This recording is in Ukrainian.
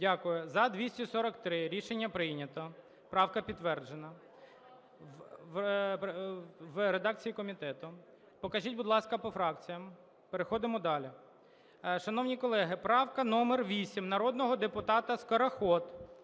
Дякую. За – 243. Рішення прийнято. Правка підтверджена в редакції комітету. Покажіть, будь ласка, по фракціях. Переходимо далі. Шановні колеги, правка номер 8 народного депутата Скороход.